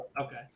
Okay